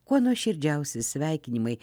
kuo nuoširdžiausi sveikinimai